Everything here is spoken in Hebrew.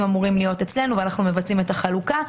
אמורים להיות אצלנו ואנחנו מבצעים את החלוקה.